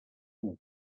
were